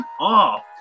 off